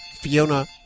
Fiona